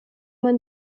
man